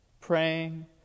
praying